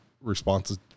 responses